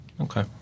Okay